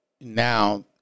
now